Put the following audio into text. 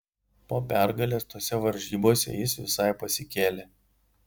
po pergalės tose varžybose jis visai pasikėlė